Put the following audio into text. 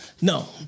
No